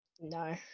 No